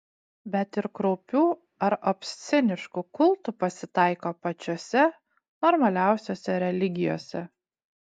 bet ir kraupių ar obsceniškų kultų pasitaiko pačiose normaliausiose religijose